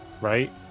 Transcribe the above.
Right